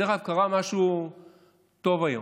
דרך אגב, קרה משהו טוב היום.